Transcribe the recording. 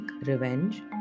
revenge